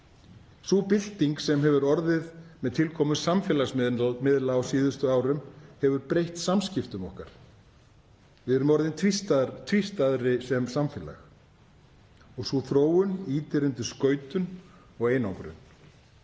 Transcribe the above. Sú bylting sem hefur orðið með tilkomu samfélagsmiðla á síðustu árum hefur breytt samskiptum okkar. Við erum orðin tvístraðri sem samfélag og sú þróun ýtir undir skautun og einangrun.